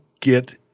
get